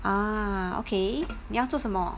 ah okay 你要做什么